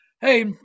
Hey